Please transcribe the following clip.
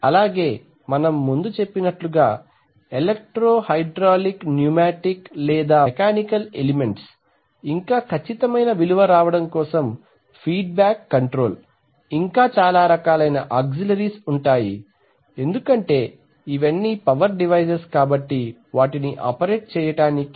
అలాగే మనం ముందు చెప్పినట్లుగా ఎలక్ట్రో హైడ్రాలిక్ న్యూ మాటిక్ లేదా మెకానికల్ ఎలిమెంట్స్ ఇంకా కోసం ఖచ్చితమైన విలువ రావడం కోసం ఫీడ్బ్యాక్ కంట్రోల్ ఇంకా చాలా రకాలైన ఆక్సిలరీస్ ఉంటాయి ఎందుకంటే ఇవన్నీ పవర్ డివైసెస్ కాబట్టి వాటిని ఆపరేట్ చేయడానికి